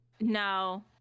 No